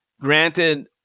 granted